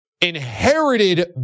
inherited